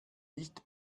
nicht